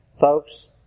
Folks